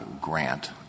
grant